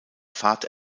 fahrt